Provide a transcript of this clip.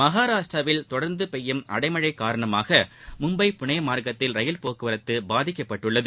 மகாராஷ்ட்ராவில் தொடர்ந்து பெய்யும் அடைமழை காரணமாக மும்பை புனே மார்க்கத்தில் ரயில் போக்குவரத்து பாதிக்கப்பட்டுள்ளது